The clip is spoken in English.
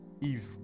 Eve